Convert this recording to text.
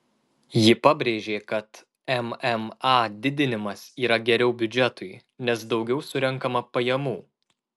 ji pabrėžė kad mma didinimas yra geriau biudžetui nes daugiau surenkama pajamų